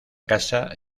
casa